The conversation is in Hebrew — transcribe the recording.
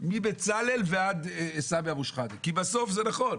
מבצלאל ועד סמי אבו שחאדה, כי בסוף זה נכון,